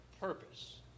purpose